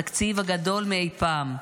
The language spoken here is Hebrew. התקציב הגדול מאי פעם,